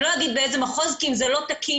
לא אגיד באיזה מחוז כי אם זה לא תקין,